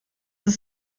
ist